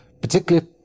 particularly